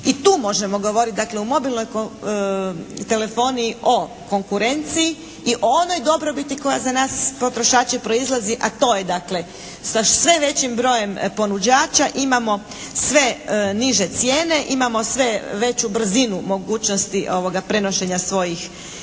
i tu možemo govoriti dakle u mobilnoj telefoniji o konkurenciji i u onoj dobrobiti koja za nas potrošače proizlazi, a to je dakle sa sve većim brojem ponuđača imamo sve niže cijene, imamo sve veću brzinu mogućnosti prenošenja svojih